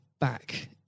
back